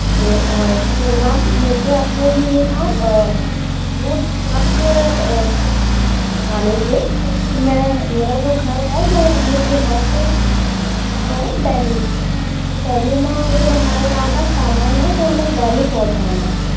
तो मैंम मुझे अपने लिए ना दो ट्रक लाने थे क्योंकि मै मेरा जो घर है वो हम लोग यहाँ से सिफ्ट कर रहे है डेल्ली तो डेल्ली जो हमारे यहाँ का सामान है वो हमें डेल्ली पहुँचाना है